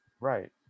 right